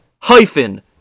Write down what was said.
hyphen